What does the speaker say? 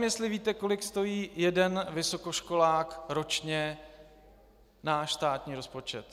Nevím, jestli víte, kolik stojí jeden vysokoškolák ročně náš státní rozpočet.